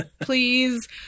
please